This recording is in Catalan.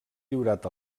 lliurat